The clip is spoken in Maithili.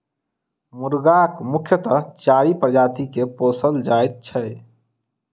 मुर्गाक मुख्यतः चारि प्रजाति के पोसल जाइत छै